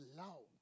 love